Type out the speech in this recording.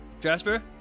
Jasper